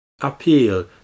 appeal